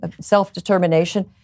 self-determination